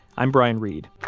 i'm brian reed.